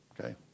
okay